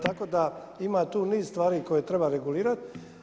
Tako da ima tu niz stvari koje treba regulirat.